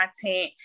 content